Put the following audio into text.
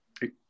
hey